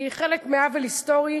היא חלק מעוול היסטורי